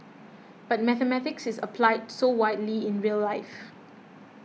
but mathematics is applied so widely in real life